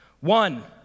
One